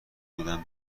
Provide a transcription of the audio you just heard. بودم